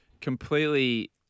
Completely